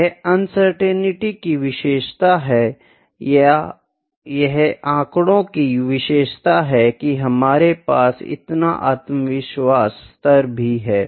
यह अनसर्टेनिटी की विशेषता है या यह आँकड़ों की विशेषता है की हमारे पास इतना आत्मविश्वास स्तर भी है